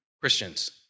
Christians